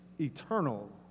eternal